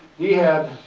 he had,